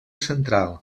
central